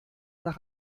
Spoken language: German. nach